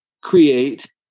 create